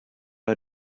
are